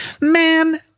Man